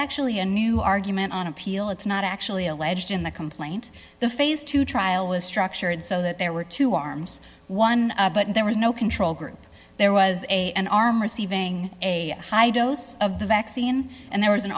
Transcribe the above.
actually a new argument on appeal it's not actually alleged in the complaint the phase two trial was structured so that there were two arms one but there was no control group there was a an arm receiving a high dose of the vaccine and there was an